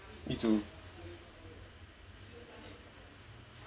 you too